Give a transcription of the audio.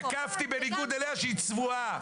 תקפתי בניגוד אליה שהיא צבועה.